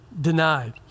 denied